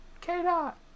K-Dot